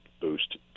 boost